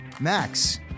Max